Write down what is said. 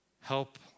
Help